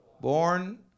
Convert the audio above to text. born